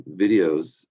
videos